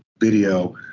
video